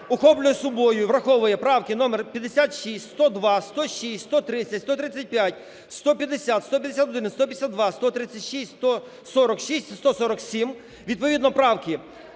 охоплює собою і враховує правки номер: 56, 102, 106, 130, 135, 150, 151, 152, 136, 146 і 147. Відповідно правки: